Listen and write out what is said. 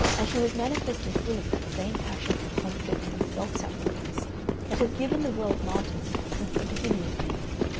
and she was manifestly full of that same passion for conflict and self-sacrifice that has given the world martyrs since the beginning of things.